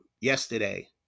yesterday